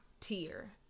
tier